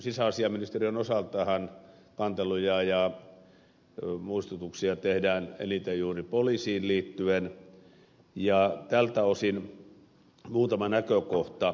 sisäasiainministeriön osaltahan kanteluja ja muistutuksia tehdään eniten juuri poliisiin liittyen ja tältä osin muutama näkökohta